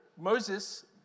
Moses